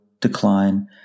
decline